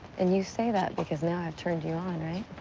and you say that because now i've turned you on, right?